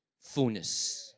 Fullness